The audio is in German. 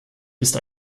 ist